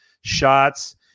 shots